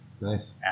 Nice